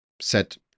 set